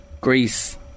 Greece